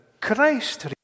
Christ